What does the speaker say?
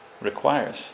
requires